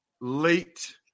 late